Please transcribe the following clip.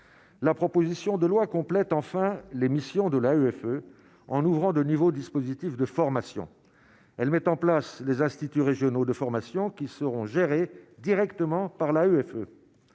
la proposition de loi complète, enfin les missions de la EFE en ouvrant de nouveaux dispositifs de formation, elle met en place des instituts régionaux de formation qui seront gérés directement par l'AUF